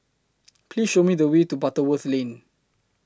Please Show Me The Way to Butterworth Lane